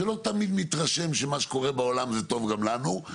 שלא תמיד מתרשם שמה שקורה בעולם זה טוב גם לנו,